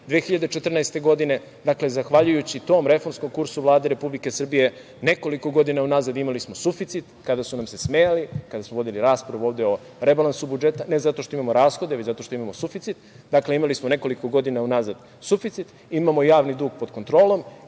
2014. godine. Dakle, zahvaljujući tom reformskom kursu Vlade Republike Srbije, nekoliko godina unazad imali smo suficit, kada su nam se smejali, kada smo vodili raspravu ovde o rebalansu budžeta, ne zato što imamo rashode, već zato što imamo suficit. Dakle, imali smo nekoliko godina unazad suficit, imamo javni dug pod kontrolom